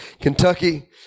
Kentucky